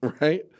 right